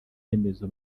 remezo